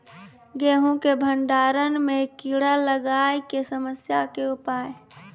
गेहूँ के भंडारण मे कीड़ा लागय के समस्या के उपाय?